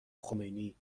خمینی